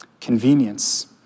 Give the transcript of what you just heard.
convenience